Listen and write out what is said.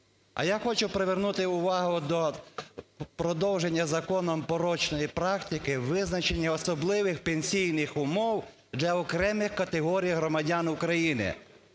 А я хочу привернути увагу до продовження законом порочної практики визначення особливих пенсійних умов для окремих категорій громадян України.